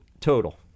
total